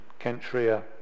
Kentria